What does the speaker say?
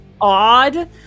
odd